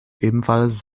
ebenfalls